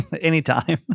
Anytime